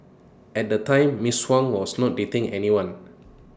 at the time miss Huang was not dating anyone